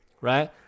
right